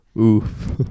Oof